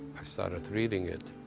i started reading it.